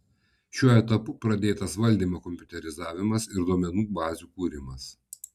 šiuo etapu pradėtas valdymo kompiuterizavimas ir duomenų bazių kūrimas